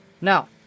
Now